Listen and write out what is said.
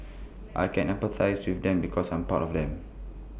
I can empathise with them because I'm part of them